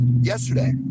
yesterday